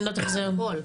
הכול,